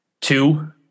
Two